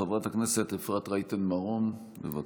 חברת הכנסת אפרת רייטן מרום, בבקשה.